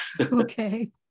okay